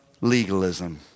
legalism